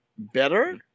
better